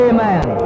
Amen